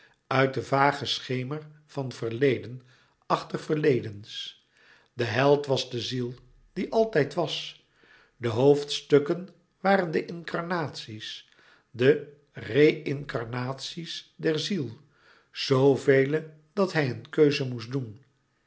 uit den vagen schemer van verleden achter verledens de held was de ziel die altijd was de hoofdstukken waren de incarnaties de reïncarnaties der ziel zoovele dat hij een keuze moest doen